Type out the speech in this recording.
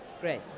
Great